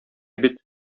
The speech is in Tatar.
бит